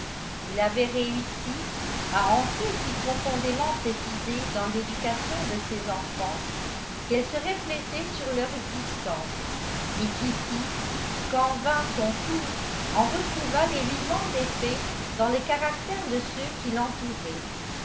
il avait réussi à ancrer si profondément cette idée dans l'éducation de ses enfants qu'elle se reflétait sur leur existence et kitty quand vint son tour en retrouva les vivants effets dans le caractère de ceux qui l'entouraient